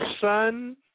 sun